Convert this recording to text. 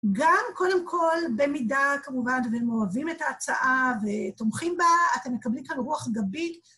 גם, קודם כול, במידה, כמובן, והם אוהבים את ההצעה ותומכים בה, אתם מקבלים כאן רוח גבית.